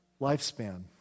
lifespan